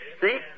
See